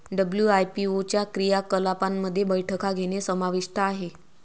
WIPO च्या क्रियाकलापांमध्ये बैठका घेणे समाविष्ट आहे